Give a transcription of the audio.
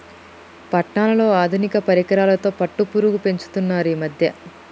పట్నాలలో ఆధునిక పరికరాలతో పట్టుపురుగు పెంచుతున్నారు ఈ మధ్య